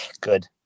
Good